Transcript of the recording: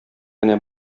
генә